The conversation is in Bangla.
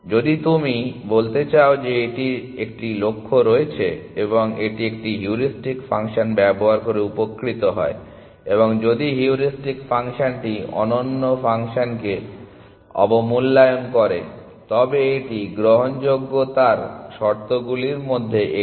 যদি তুমি বলতে চাও যে এটির একটি লক্ষ্য রয়েছে এবং এটি একটি হিউরিস্টিক ফাংশন ব্যবহার করে উপকৃত হয় এবং যদি হিউরিস্টিক ফাংশনটি অনন্য ফাংশনকে অবমূল্যায়ন করে তবে এটি গ্রহণযোগ্যতার শর্তগুলির মধ্যে একটি